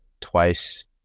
twice